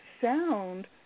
sound